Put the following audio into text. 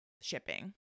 shipping